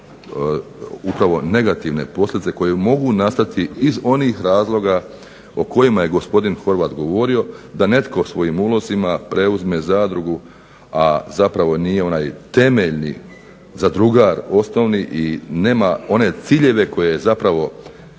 upravo negativne posljedice koje mogu nastati iz onih razloga o kojima je gospodin Horvat govorio, da netko svojim ulozima preuzme zadrugu, a zapravo nije onaj temeljni zadrugar osnovni i nema one ciljeve koje zapravo